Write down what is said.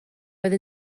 oedd